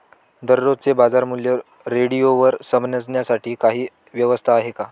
दररोजचे बाजारमूल्य रेडिओवर समजण्यासाठी काही व्यवस्था आहे का?